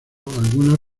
algunas